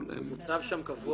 הוא מוצב שם קבוע.